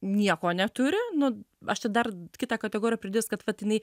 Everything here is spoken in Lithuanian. nieko neturi nu aš tai dar kitą kategoriją pridėsiu kad vat jinai